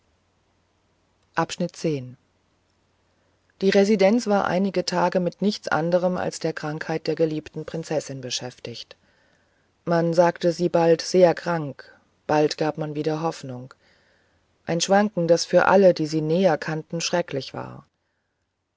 die residenz war einige tage mit nichts anderem als der krankheit der geliebten prinzessin beschäftigt man sagte sie bald sehr krank bald gab man wieder hoffnung ein schwanken das für alle die sie näher kannten schrecklich war